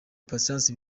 patient